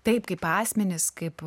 taip kaip asmenys kaip